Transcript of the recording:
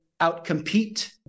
outcompete